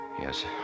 Yes